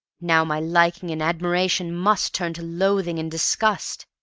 now my liking and admiration must turn to loathing and disgust.